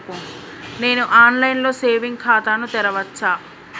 నేను online లో saving ఖాతా ను తెరవచ్చా?